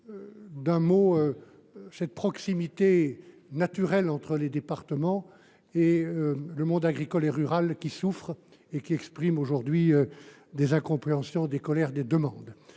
évoqué la proximité naturelle entre les départements et le monde agricole et rural, qui souffre et exprime aujourd’hui des incompréhensions, des colères, des demandes.